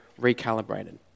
recalibrated